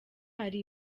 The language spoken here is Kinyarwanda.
hari